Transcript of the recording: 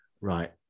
right